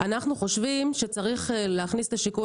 אנחנו חושבים שצריך להכניס את השיקול